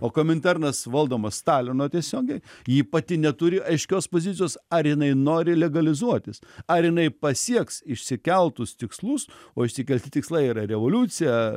o kominternas valdomas stalino tiesiogiai ji pati neturi aiškios pozicijos ar jinai nori legalizuotis ar jinai pasieks išsikeltus tikslus o išsikelti tikslai yra revoliucija